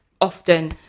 often